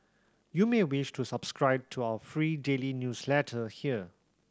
you may wish to subscribe to our free daily newsletter here